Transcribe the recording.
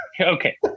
okay